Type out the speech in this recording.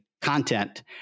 content